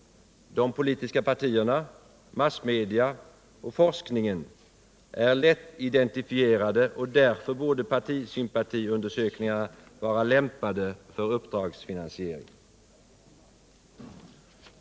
— de politiska partierna, massmedia och forskningen — är lättidentifierade, och därför borde partisympatiundersökningarna vara lämpade för uppdragsfinansiering.